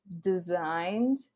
designed